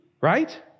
Right